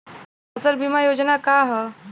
फसल बीमा योजना का ह?